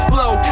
Flow